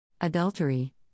Adultery